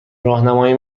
راهنمای